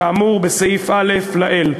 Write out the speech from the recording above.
כאמור בסעיף א' לעיל.